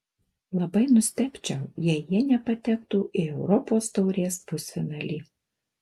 labai nustebčiau jei jie nepatektų į europos taurės pusfinalį